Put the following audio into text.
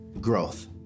growth